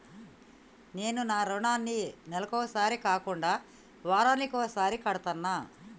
నేను నా రుణాన్ని నెలకొకసారి కాకుండా వారానికోసారి కడ్తన్నా